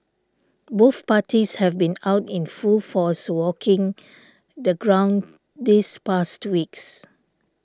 both parties have been out in full force walking the ground these past weeks